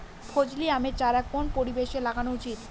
ফজলি আমের চারা কোন পরিবেশে লাগানো উচিৎ?